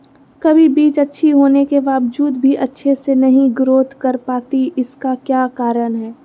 कभी बीज अच्छी होने के बावजूद भी अच्छे से नहीं ग्रोथ कर पाती इसका क्या कारण है?